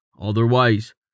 Otherwise